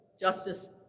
Justice